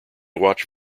watch